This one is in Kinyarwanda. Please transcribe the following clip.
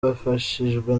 bafashijwe